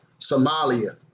Somalia